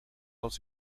dels